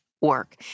work